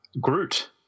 Groot